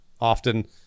often